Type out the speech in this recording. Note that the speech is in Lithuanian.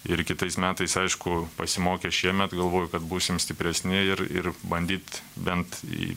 ir kitais metais aišku pasimokę šiemet galvoju kad būsim stipresni ir ir bandyt bent į